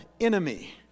enemy